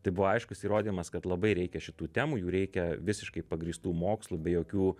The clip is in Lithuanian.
tai buvo aiškus įrodymas kad labai reikia šitų temų jų reikia visiškai pagrįstų mokslu be jokių